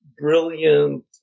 brilliant